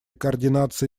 координации